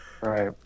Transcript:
Right